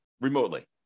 remotely